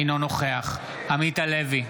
אינו נוכח עמית הלוי,